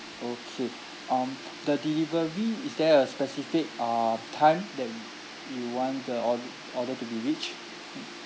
okay um the delivery is there a specific uh time that you want the ord~ order to be reached mm